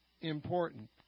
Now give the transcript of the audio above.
important